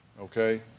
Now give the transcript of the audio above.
okay